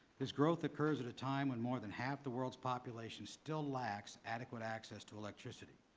this growth occurs at a time when more than half the world's population still lacks adequate access to electricity.